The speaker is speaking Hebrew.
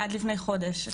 עד לפני חודש.